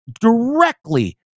directly